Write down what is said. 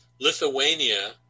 Lithuania